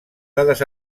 dades